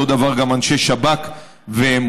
אותו דבר גם אנשי שב"כ ומוסד.